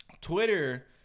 Twitter